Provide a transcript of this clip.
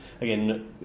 again